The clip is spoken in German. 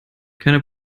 keine